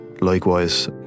likewise